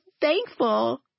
thankful